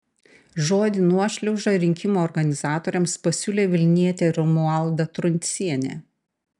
žodį nuošliauža rinkimų organizatoriams pasiūlė vilnietė romualda truncienė